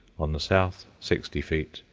on the south sixty feet,